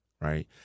right